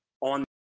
on